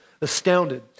astounded